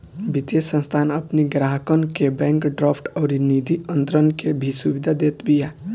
वित्तीय संस्थान अपनी ग्राहकन के बैंक ड्राफ्ट अउरी निधि अंतरण के भी सुविधा देत बिया